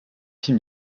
film